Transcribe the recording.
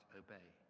obey